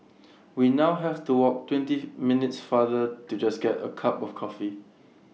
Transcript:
we now have to walk twenty minutes farther to just get A cup of coffee